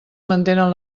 mantenen